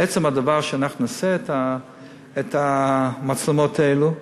עצם הדבר שאנחנו נשים את המצלמות האלה,